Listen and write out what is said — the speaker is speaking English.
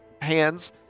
hands